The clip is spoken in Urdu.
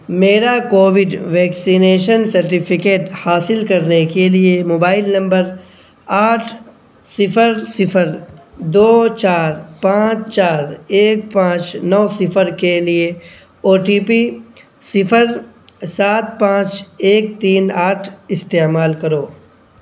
میرا کووڈ ویکسینیشن سرٹیفکیٹ حاصل کرنے کے لیے موبائل لمبر آٹھ صفر صفر دو چار پانچ چار ایک پانچ نو صفر کے لیے او ٹی پی صفر سات پانچ ایک تین آٹھ استعمال کرو